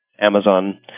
Amazon